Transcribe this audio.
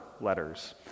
letters